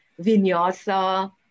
Vinyasa